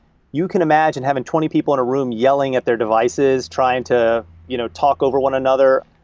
you can imagine having twenty people in a room yelling at their devices, trying to you know talk over one another.